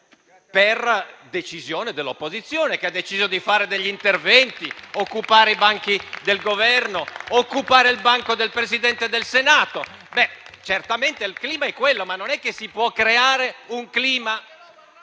per decisione dell'opposizione, che ha deciso di fare degli interventi, occupare i banchi del Governo, occupare il banco del Presidente del Senato. Certamente il clima è quello, ma non si può creare un clima…